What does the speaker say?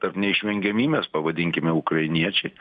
tarp neišvengiamybės pavadinkime ukrainiečiai